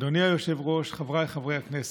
אדוני היושב-ראש, חבריי חברי הכנסת,